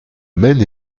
maine